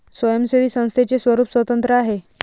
स्वयंसेवी संस्थेचे स्वरूप स्वतंत्र आहे